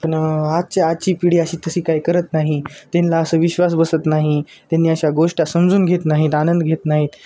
पण आजची आजची पिढी अशी तशी काय करत नाही त्यांना असं विश्वास बसत नाही त्यांनी अशा गोष्ट समजून घेत नाहीत आनंद घेत नाहीत